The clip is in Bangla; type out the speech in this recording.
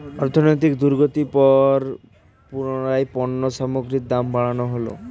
অর্থনৈতিক দুর্গতির পর পুনরায় পণ্য সামগ্রীর দাম বাড়ানো হলো